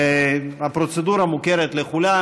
הפרוצדורה מוכרת לכולם,